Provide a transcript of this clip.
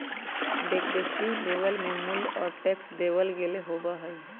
descriptive label में मूल्य और टैक्स देवल गयल होबा हई